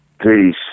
Peace